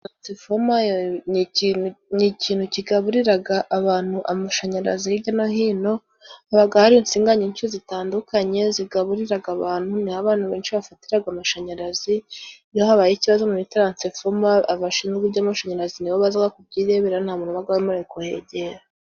Tiransifoma ni ikintu kigaburira abantu amashanyarazi hirya no hino, haba hari insinga nyinshi zitandukanye zigaburira abantu, niho abantu benshi bafatira amashanyarazi, iyo habaye ikibazo muri tiransifoma abashinzwe iby'amashanyarazi nibo baza kubyirebera, nta muntu uba wamerewe kuhegera.